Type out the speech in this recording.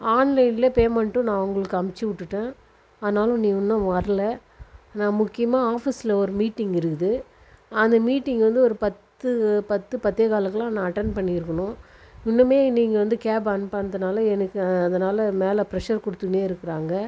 ஆன்லைனிலே பேமெண்ட்டும் நான் உங்களுக்கு அனுப்பிச்சு விட்டுடேன் ஆனாலும் நீங்கள் இன்னும் வரலை நான் முக்கியமாக ஆஃபீஸில் ஒரு மீட்டிங் இருக்குது அந்த மீட்டிங் வந்து ஒரு பத்து பத்து பத்தேகாலுக்கெலாம் நான் அட்டன் பண்ணி இருக்கணும் இன்னுமே நீங்கள் வந்து கேப் அனுப்பாததுனால் எனக்கு அதனால் மேலே ப்ரஷர் கொடுத்துகின்னே இருக்கிறாங்க